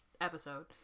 episode